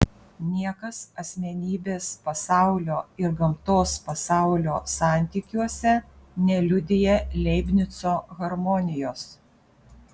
niekas asmenybės pasaulio ir gamtos pasaulio santykiuose neliudija leibnico harmonijos